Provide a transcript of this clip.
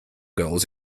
goals